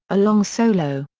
a long solo.